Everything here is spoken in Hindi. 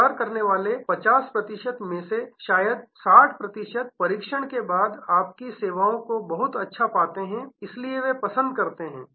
विचार करने वाले 50 प्रतिशत में से शायद 60 प्रतिशत परीक्षण के बाद आपकी सेवाओं को बहुत अच्छा पाते हैं इसलिए वे पसंद करते हैं